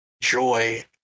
joy